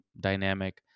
dynamic